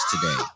today